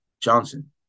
Johnson